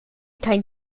kein